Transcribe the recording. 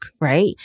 right